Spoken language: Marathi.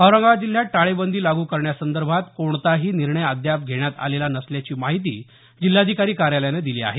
औरंगाबाद जिल्ह्यात टाळेबंदी लागू करण्यासंदर्भात कोणताही निर्णय अद्याप घेण्यात आलेला नसल्याची माहिती जिल्हाधिकारी कार्यालानं दिली आहे